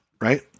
right